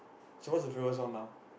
so what's your favorite song now